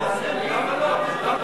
תעשה משאל עם על הגיוס.